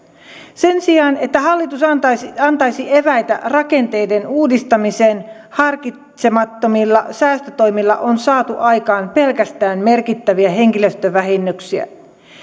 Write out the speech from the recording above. sen sijaan että hallitus antaisi antaisi eväitä rakenteiden uudistamiseen harkitsemattomilla säästötoimilla on saatu aikaan pelkästään merkittäviä henkilöstövähennyksiä